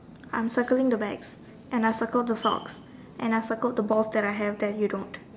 I am circling the bags and I circled the socks and I circled the balls that I have that you don't